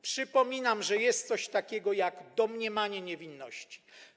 Przypominam, że jest coś takiego jak domniemanie niewinności.